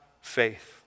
faith